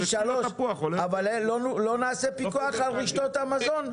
אבל לא נעשה פיקוח על רשתות המזון?